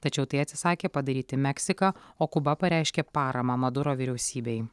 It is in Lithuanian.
tačiau tai atsisakė padaryti meksika o kuba pareiškė paramą maduro vyriausybei